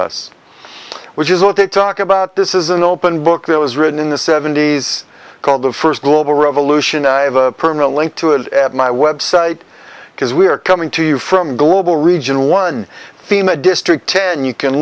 us which is what they talk about this is an open book that was written in the seventy's called the first global revolution i have a permanent link to it at my website because we're coming to you from global region one theme a district ten you can